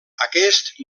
aquest